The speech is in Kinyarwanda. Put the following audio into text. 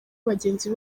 bagenzi